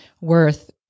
worth